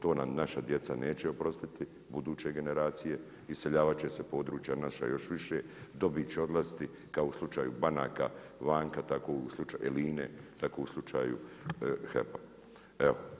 To nam naša djeca neće oprostiti, buduće generacije, iseljavati će se područja naša još više, dobit će odlaziti kao u slučaju banaka, banka tako u slučaju INA-e, tako u slučaju HEP-a.